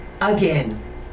again